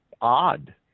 odd